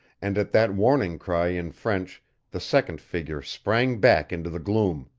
and at that warning cry in french the second figure sprang back into the gloom.